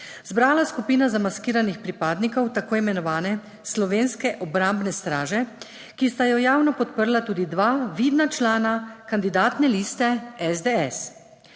zbrala skupina zamaskiranih pripadnikov tako imenovane Slovenske obrambne straže, ki sta jo javno podprla tudi dva vidna člana kandidatne liste SDS.